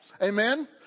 Amen